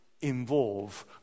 involve